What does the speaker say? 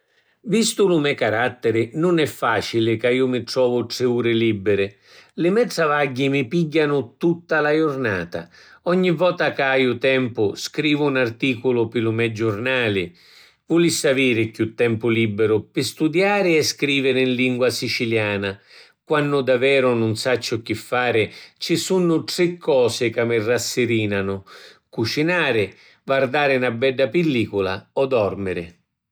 Vistu lu me carattiri nun è facili ca ju mi trovu tri uri libiri. Li me’ travagghi mi pigghianu tutta la jurnata. Ogni vota ca aju tempu scrivu n’articulu pi lu me giurnali. Vulissi aviri chiù tempu libiru pi studiari e scriviri in lingua siciliana. Quannu daveru nun sacciu chi fari ci sunnu tri cosi ca mi rassirinanu: cucinari, vardari na bedda pillicula o dormiri.